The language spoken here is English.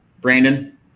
Brandon